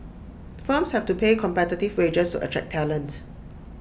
firms have to pay competitive wages to attract talent